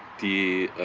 the